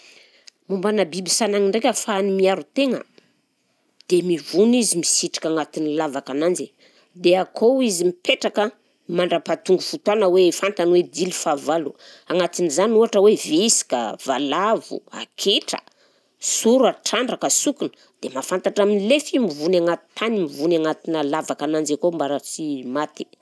Momba ana biby sanagny ndraika ahafahany miaro tegna dia mivony izy misitrika agnatiny lavaka ananjy dia akao izy mipetraka mandrapahatonga fotoagna hoe fantany hoe dila i fahavalo, agnatin'izany ohatra hoe visika, valavo, akitra, sora, trandraka, sokina, dia mahafantatra milefa io mivony agnaty tany, mivony agnatina lavakany akao mba sy maty